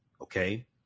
Okay